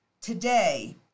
today